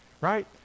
right